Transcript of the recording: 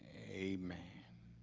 a man